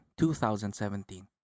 2017